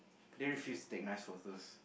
they refused to take nice photos